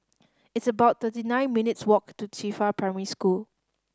it's about thirty nine minutes' walk to Qifa Primary School